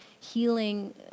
healing